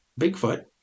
Bigfoot